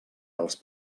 els